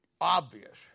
obvious